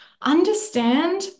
understand